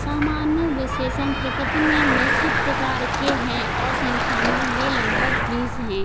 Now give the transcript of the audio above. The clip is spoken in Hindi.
सामान्य विशेषण प्रकृति में मिश्रित प्रकार के हैं और संख्या में ये लगभग बीस हैं